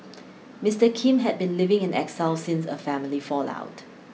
Mister Kim had been living in exile since a family fallout